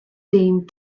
deemed